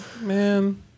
man